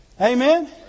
Amen